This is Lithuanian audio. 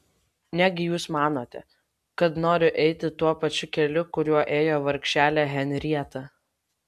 negi jūs manote kad noriu eiti tuo pačiu keliu kuriuo ėjo vargšelė henrieta